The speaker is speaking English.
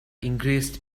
increased